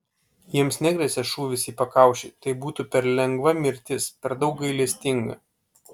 jiems negresia šūvis į pakaušį tai būtų per lengva mirtis per daug gailestinga